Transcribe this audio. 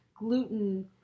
gluten